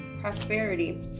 Prosperity